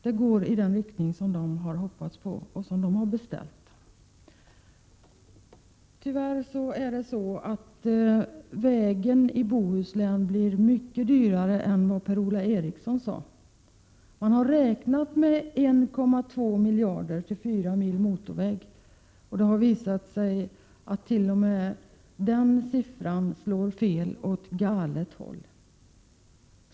Det går i den riktning som moderaterna har hoppats på och beställt. Tyvärr blir vägen i Bohuslän mycket dyrare än vad Per-Ola Eriksson sade. Man har räknat med 1,2 miljarder för 24 mil motorväg, men det har visat sig att t.o.m. den siffran slår fel åt galet håll.